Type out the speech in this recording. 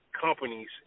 companies